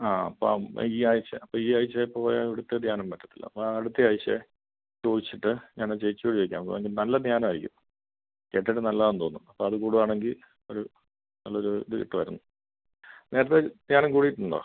ആ അപ്പം ഈ ആഴ്ച്ച അപ്പം ഈ ആഴ്ച് പോയാൽ ഇവിടത്തെ ധ്യാനം പറ്റത്തില്ല അപ്പോൾ ആ അടുത്ത ആഴ്ച ചോദിച്ചിട്ട് ഞാൻ ആ ചേച്ചിയോട് ചോദിക്കാം നല്ല ധ്യാനമായിരിക്കും കേട്ടിട്ട് നല്ലതാണെന്ന് തോന്നുന്നു അപ്പം അത് കൂടുവാണെങ്കിൽ ഒരു നല്ല ഒരു ഇത് കിട്ടുമായിരുന്നു നേരത്തെ ധ്യാനം കൂടിയിട്ടുണ്ടോ